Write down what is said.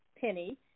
Penny